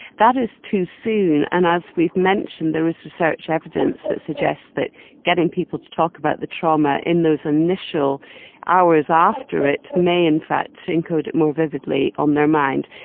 that is too soon and as we've mentioned, there is research evidence that suggests that getting people to talk about the trauma in those initial hours after it, may in fact so encode it more vividly on their mind.